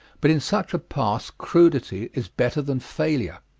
but in such a pass crudity is better than failure.